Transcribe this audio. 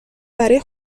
برای